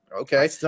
okay